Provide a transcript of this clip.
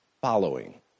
Following